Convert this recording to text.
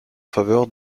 faveur